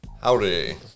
Howdy